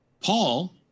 Paul